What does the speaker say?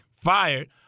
Fired